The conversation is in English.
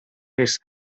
his